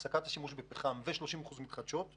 הפסקת השימוש בפחם ו-30% מתחדשות.